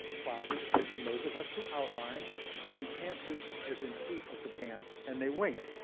plotters as in those of us who outline and pantsers as in seat of the pants, and they wing it.